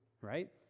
right